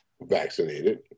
vaccinated